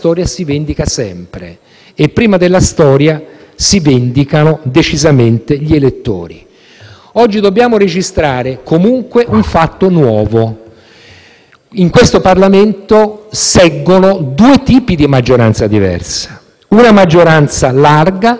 Oggi dobbiamo registrare, comunque, un fatto nuovo. In questo Parlamento seggono due tipi di maggioranza diversa: una maggioranza larga, fondata sull'articolo 96 della Costituzione, ed una maggioranza, invece, fondata sull'articolo 94